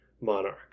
monarch